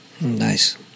Nice